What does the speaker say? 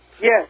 yes